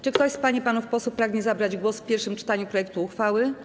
Czy ktoś z pań i panów posłów pragnie zabrać głos w pierwszym czytaniu projektu uchwały?